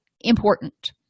important